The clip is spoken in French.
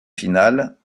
finale